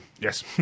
Yes